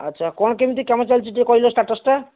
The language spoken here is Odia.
ଆଚ୍ଛା କ'ଣ କେମିତି କାମ ଚାଲିଛି ଟିକେ କହିଲେ ଷ୍ଟାଟସ୍ଟା